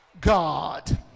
God